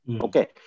okay